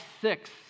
six